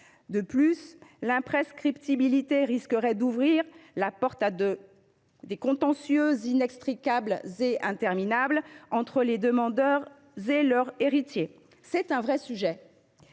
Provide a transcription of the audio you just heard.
sujet –, l’imprescriptibilité risquerait d’ouvrir la porte à des contentieux inextricables et interminables entre les demandeurs et leurs héritiers. Mes chers